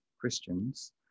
Christians